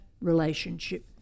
relationship